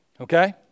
Okay